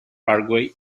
parkway